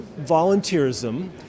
volunteerism